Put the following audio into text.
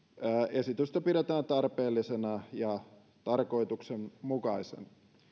esitystä pidetään tarpeellisena ja tarkoituksenmukaisena